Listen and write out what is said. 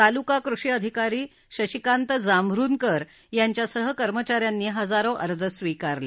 तालुका कृषी अधिकारी शशिकांत जांभरूनकर यांच्यासह कर्मचाऱ्यानी हजारो अर्ज स्वीकारले